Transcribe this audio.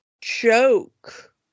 joke